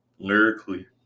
Lyrically